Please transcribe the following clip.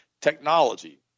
technology